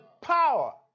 power